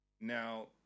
Now